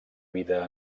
vida